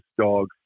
dogs